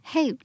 Hey